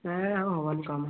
ନାହିଁ ନାହିଁ ଆଉ ହବନି କମ